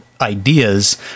ideas